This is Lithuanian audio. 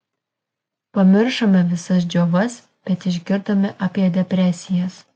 pamiršome visas džiovas bet išgirdome apie depresijas